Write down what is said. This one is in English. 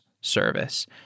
service